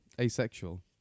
asexual